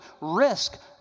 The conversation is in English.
risk